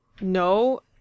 no